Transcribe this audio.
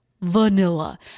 vanilla